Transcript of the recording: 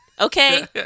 Okay